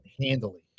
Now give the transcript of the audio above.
handily